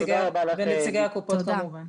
ונציגי הקופות כמובן.